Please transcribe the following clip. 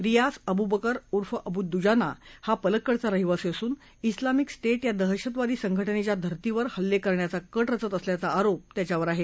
रियास अबूबकर उर्फ अबू दुजाना हा पलक्कडचा रहिवासी असून जिलामिक स्टेट या दहशतवादी संघटनेच्या धर्तीवर हल्ले करण्याचा कट रचत असल्याचा आरोप त्याच्यावर आहे